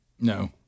No